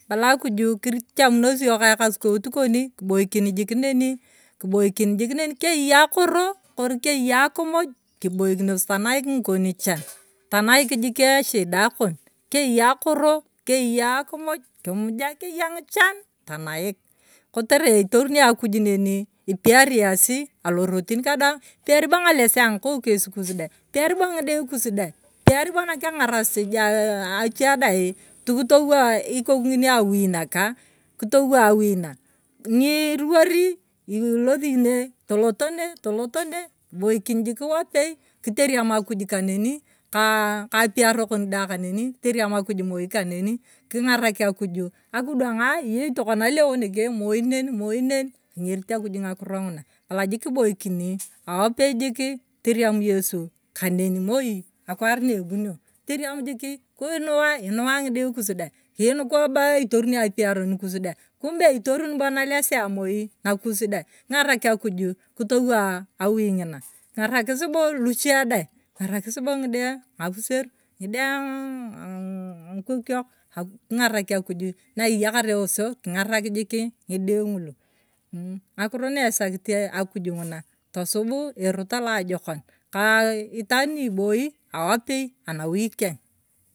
Ebala akuju kir kichamunasi yona ka ekasukout koni kiboikin jik neni. kiboikin jik neni keyee akoro ori keyei akumuj kiboikinos tanaik ng'ichon cham tanaik jik eshida kon keyea akoro. keyea akumuj kimuja keyea ng'ichan tanaik kotere. itoruni akuj neni kipeari esi ang'irotin kadaana piaribo ng'alesi ang'akokes kos dai piari bo ng'ide kus dai. piaribo kiang'arasit achie dai kitowo ikoku ng'ine awui naka n, kitowa awui na ng'iiruwari ilosine, toloto, tolote ne kiboiki jik wape kitieremu akuj kaneni kaa aoiaro kon dai kaneni. kiteriemu akuj moi kaneni. king'araki akuju akidwang'aa iyei tokona leo neke. moi men. moi nene engerit akuj ng'akuro ng'ona. ebala jik kiboikini wapei jiki kiteremu yesu kaneni moi akwari na ebunio. kiteriemu jiki kiunuwa kiinuwa ng'ide kuj dai kuikoba itoruni apiaro kijuj dai kumbe itorini bo moi nalesia moi kus dai king'arak akuj kitowo awui ng'ina. kingarakii bo luche dai. king'arakii bo ng'ide ang'apusey. ng'ide ang'ikokiok king'arak akuju na iyakar eweso king'arak jikii ng'ide ngulu mm, ng'akuro na esakifeakuj ng'una tosubu alarot alajokon kaa itaan ni ibooi awapei anawui keng'.